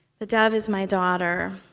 the dove is my daughter,